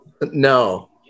No